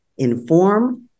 inform